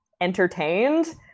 entertained